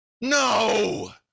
no